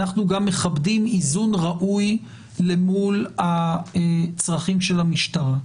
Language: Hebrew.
אנחנו גם מכבדים איזון ראוי למול הצרכים של המשטרה.